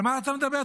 על מה אתה מדבר?